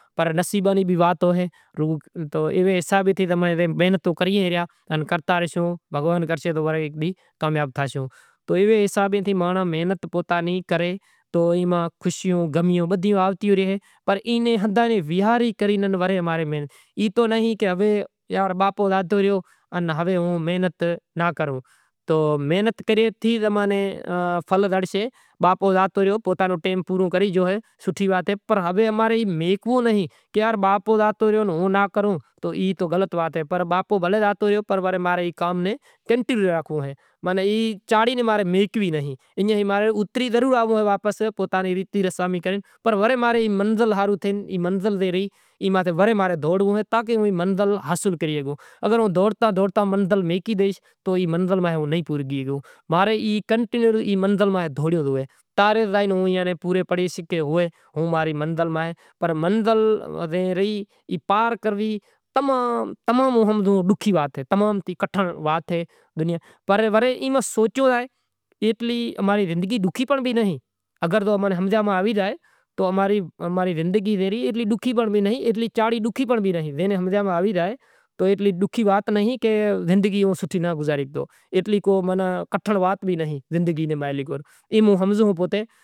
کہ ماناں اماں نیں بھگوان ایتلو ذہن ڈیدہو کہ زندگی ڈوکھی اے پر جکو امیں ہمزی ریا اتلی بھی ڈوکھی نئیں اے۔ پٹاٹا منگاشاں وڑی ایئاں نے دھوئاں وڑی شیلی واڈھاں وری دھوئاں وری ڈونگری مانگاواں وری واڈھاں دیگڑی بیگڑی دھوئی پانڑی بھری تیل ریڑہاں تیل ریڑہی وری تیک پکو کری ڈونگری راکھاں پسے وڑی پٹاٹا راکھاں وری پٹاٹا راکھے وڑی تھوڑو پانڑی ریڑہاں وری ڈھاکی راکھاں وری سڑے بئے ترن چکر پانڑی ریڑہاں وڑی چماٹاں پھولاں وری واڈھاں دھوئی وڑی چماٹا راکھاں مٹر ہوئے تو مٹر ناں پھولے راکھاں وری مرساں راکھاں ادرک ہوئے تو ادرک واڈھاں میتھی ہوئے تو تھوڑی میتھی راکھاں مشالاں نی راکھے پسے شاگ ٹھی زاشے وری کو بریانی لاوے تو او کراں تڑکے ماں راکھاں وڑی مرساں راکھاں وری شیکی راکھاں